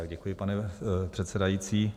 Děkuji, pane předsedající.